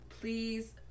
Please